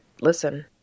listen